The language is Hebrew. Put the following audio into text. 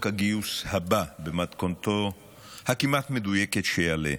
הגיוס הבא במתכונתו הכמעט-מדויקת שיעלה.